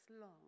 long